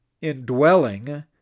indwelling